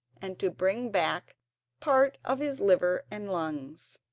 and to bring back part of his liver and lungs.